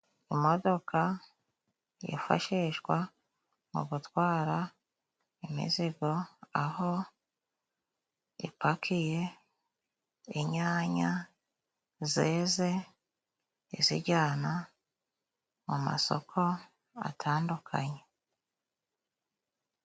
Imodoka yifashishwa mu gutwara imizigo aho ipakiye inyanya zeze, izijyana mu masoko atandukanye.